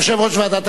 יושב-ראש ועדת הכספים,